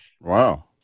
Wow